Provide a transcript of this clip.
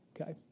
okay